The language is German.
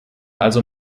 also